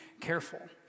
careful